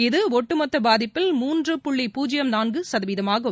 இது ஒட்டுமொத்த பாதிப்பில் மூன்று புள்ளி பூஜ்யம் நான்கு சதவீதம் ஆகும்